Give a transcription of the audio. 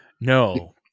No